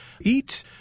eat